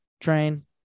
train